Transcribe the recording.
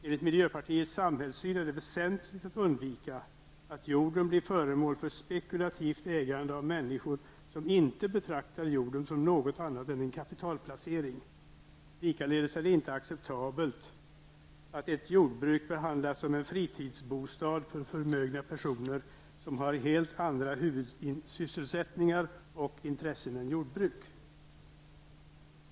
Enligt miljöpartiets samhällssyn är det väsentligt att undvika att jorden blir föremål för spekulativt ägande av människor som inte betraktar jorden som något annat än en kapitalplacering. Likaledes är det inte acceptabelt att ett jordbruk behandlas som en fritidsbostad för förmögna personer, som har helt andra huvudsysselsättningar och intressen än jordbruk.